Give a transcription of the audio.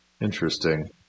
Interesting